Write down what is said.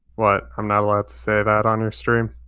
what? i'm not allowed to say that on your stream?